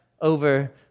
over